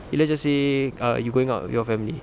let's just say uh you're going out with your family